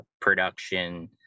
production